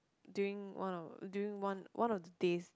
during one of during one one of the days